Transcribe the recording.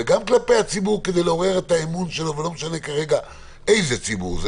וגם כלפי הציבור כדי לעורר את האמון שלו ולא משנה כרגע איזה ציבור,